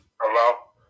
Hello